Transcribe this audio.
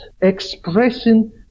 expressing